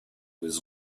was